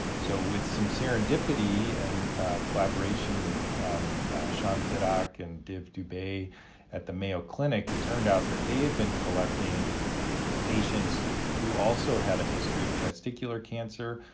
so with some serendipity and collaboration with sean pittock and div dubay at the mayo clinic, it turned out that they had been collecting patients who also had a history of testicular cancer,